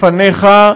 לפניך,